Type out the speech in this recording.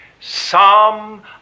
psalm